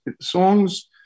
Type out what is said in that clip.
songs